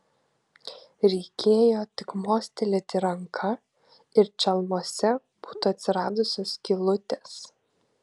reikėjo tik mostelėti ranka ir čalmose būtų atsiradusios skylutės